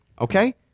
okay